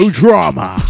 drama